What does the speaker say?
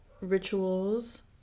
rituals